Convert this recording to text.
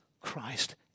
Christ